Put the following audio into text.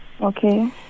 Okay